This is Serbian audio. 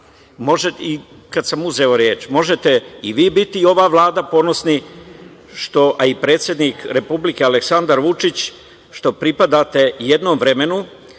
možete i vi biti, i ova Vlada ponosni, a i predsednik Republike Aleksandar Vučić, što pripadate jednom vremenu